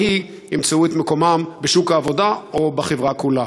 היא ימצאו את מקומם בשוק העבודה או בחברה כולה.